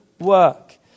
work